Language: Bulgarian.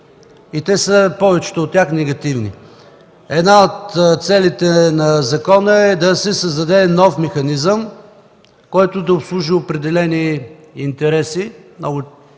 и повечето от тях са негативни. Една от целите му е да се създаде нов механизъм, който да обслужва определени интереси,